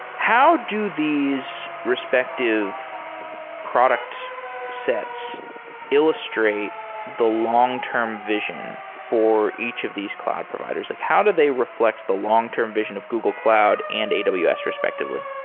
how do these respective product sets illustrate the long-term vision for each of these cloud providers? like how do they refl ect the long-term vision of google cloud and aws respectively?